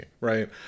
right